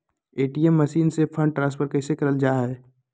ATM machine से fund transfer कैसे करल जा है?